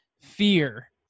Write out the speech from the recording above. fear